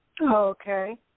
Okay